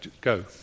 Go